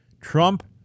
Trump